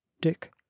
dick